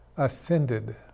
ascended